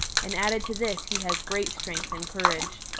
and added to this he has great strength and courage.